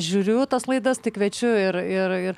aš žiūriu tas laidas tai kviečiu ir ir ir